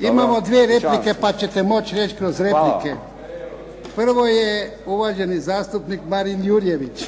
Imamo dvije replike pa ćete moći reći kroz replike. Prvo je uvaženi zastupnik Marin Jurjević.